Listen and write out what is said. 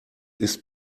ist